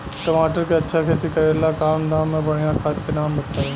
टमाटर के अच्छा खेती करेला कम दाम मे बढ़िया खाद के नाम बताई?